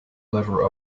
lever